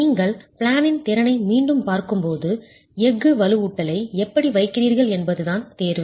நீங்கள் பிளேனின் திறனை மீண்டும் பார்க்கும்போது எஃகு வலுவூட்டலை எப்படி வைக்கிறீர்கள் என்பதுதான் தேர்வு